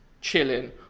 chilling